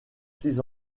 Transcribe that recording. six